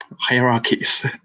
hierarchies